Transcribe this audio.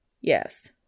Yes